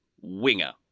winger